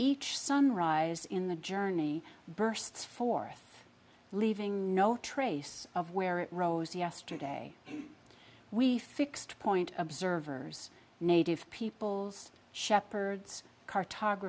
each sunrise in the journey bursts forth leaving no trace of where it rose yesterday we fixed point observers native peoples shepherds